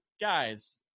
guys